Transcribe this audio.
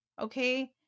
Okay